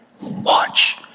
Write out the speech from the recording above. Watch